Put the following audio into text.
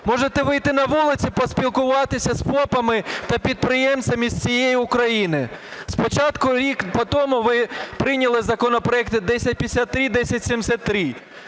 можете вийти на вулицю і поспілкуватися з ФОП та підприємцями зі всієї України. Спочатку рік потому ви прийняли законопроекти 1053, 1073.